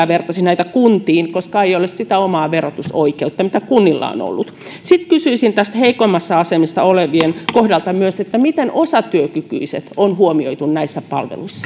vertasi näitä kuntiin koska ei ole sitä omaa verotusoikeutta mikä kunnilla on ollut sitten kysyisin heikommassa asemassa olevien kohdalta myös miten osatyökykyiset on huomioitu näissä palveluissa